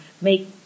make